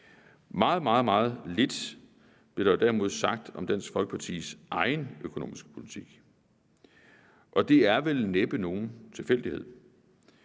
Meget, meget lidt blev der derimod sagt om Dansk Folkepartis egen økonomiske politik. Og det er vel næppe nogen tilfældighed,